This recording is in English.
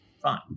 fine